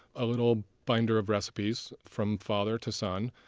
a little binder of recipes, from father to son.